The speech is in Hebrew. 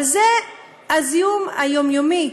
אבל זה הזיהום היומיומי.